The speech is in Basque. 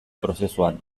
prozesuan